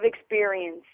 experience